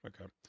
okay